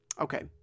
Okay